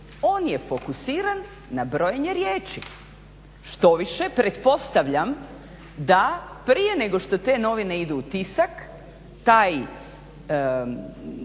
on je fokusiran na brojenje riječi. Štoviše, pretpostavljam da prije nego što te novine idu u tisak taj